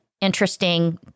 interesting